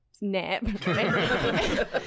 Nap